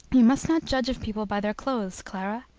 you must not judge of people by their clothes, clara.